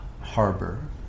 harbor